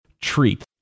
treat